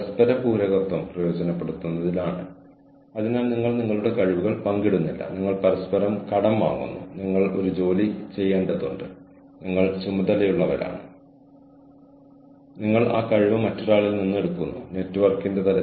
എന്റെ സുഹൃത്തുക്കൾ വഴി ഞാൻ അവരുടെ സഹായികൾ അവരുടെ സുഹൃത്തുക്കൾ നിങ്ങൾക്ക് അറിയാവുന്ന എന്റെ മരുമക്കൾ അവരുടെ സഹപാഠികൾ എന്നിവർ ഈ കോഴ്സിന് എൻറോൾ ചെയ്തിരിക്കുന്നുവെന്ന് ഞാൻ അറിഞ്ഞു